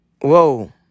whoa